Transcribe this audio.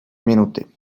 minuty